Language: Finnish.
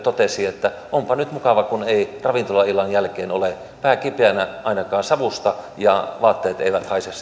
totesi että onpa nyt mukava kun ei ravintolaillan jälkeen ole pää kipeänä ainakaan savusta ja vaatteet eivät haise